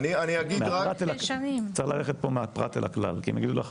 צריך ללכת פה מהפרט אל הכלל כי הם יגידו לך,